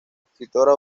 escritora